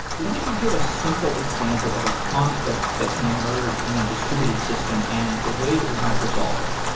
why don't you give a simple example of a conflict that can emerge in a distributed system and the way that we might resolve it?